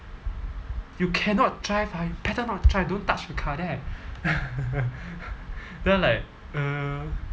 you cannot drive ha you better not drive don't touch the car then I then I'm like uh